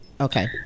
Okay